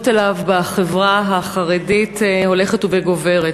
אליו בחברה החרדית הולכת וגוברת.